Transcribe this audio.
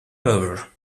over